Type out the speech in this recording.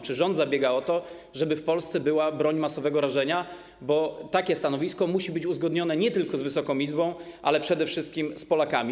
Czy rząd zabiega o to, żeby w Polsce była broń masowego rażenia, bo takie stanowisko musi być uzgodnione nie tylko z Wysoką Izbą, ale przede wszystkim z Polakami.